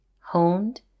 honed